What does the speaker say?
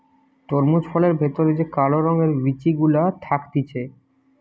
তরমুজ ফলের ভেতর যে কালো রঙের বিচি গুলা থাকতিছে